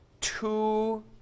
two